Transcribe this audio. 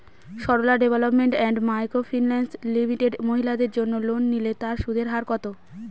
Sarala development and micro finance limited মহিলাদের জন্য loan নিলে তার সুদের হার কত?